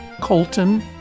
Colton